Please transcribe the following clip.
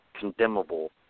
condemnable